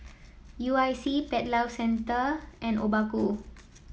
U I C Pet Lovers Centre and Obaku